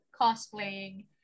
cosplaying